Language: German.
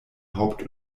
haupt